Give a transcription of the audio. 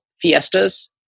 Fiestas